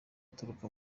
aturuka